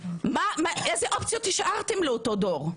איזה אופציות השארתם לאותו דור?